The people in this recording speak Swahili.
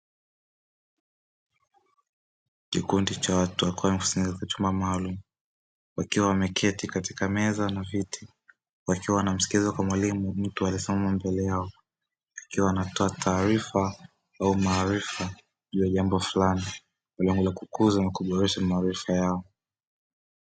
Kikundi cha watu wakiwa wamekusanyika katika chumba maalum, wakiwa wameketi katika meza na viti, wakiwa wanamsikiliza mwalimu, mtu aliyesimama mbele yao akiwa anatoa taarifa au maarifa juu ya jambo fulani kwa lengo la kukuza na kuboresha maarifa yao.